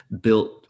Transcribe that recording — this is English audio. built